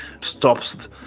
stops